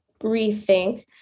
rethink